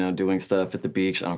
um doing stuff at the beach,